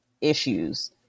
issues